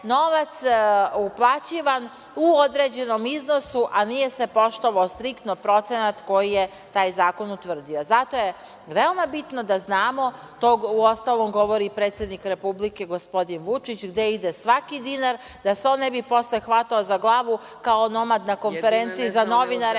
novac uplaćivan u određenom iznosu a nije se poštovao striktno procenat koji je taj zakon utvrdio. Zato je veoma bitno da znamo, to uostalom govori i predsednik Republike, gospodin Vučić, gde ide svaki dinar, da se on ne bi posle hvatao za glavu kao onomad na Konferenciji za novinare,